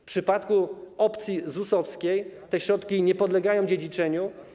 W przypadku opcji ZUS-owskiej te środki nie podlegają dziedziczeniu.